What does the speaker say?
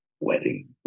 wedding